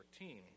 14